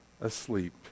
asleep